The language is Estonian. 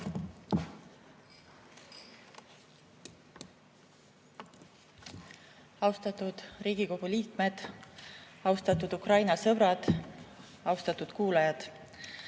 Austatud Riigikogu liikmed! Austatud Ukraina sõbrad! Austatud kuulajad!